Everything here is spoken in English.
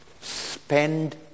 Spend